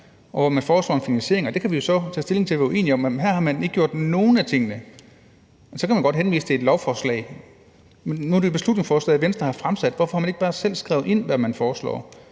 og at man foreslår en finansiering. Det kan vi jo så tage stilling til og være uenige om, men her har man ikke gjort nogen af tingene. Så kan man godt henvise til et lovforslag, men nu er det et beslutningsforslag, Venstre har fremsat. Hvorfor har man ikke bare selv skrevet ind, hvad man foreslår,